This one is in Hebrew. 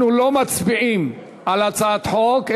אנחנו לא מצביעים על הצעת חוק,